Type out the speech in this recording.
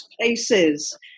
places